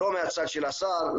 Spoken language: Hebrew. לא מהצד של השר,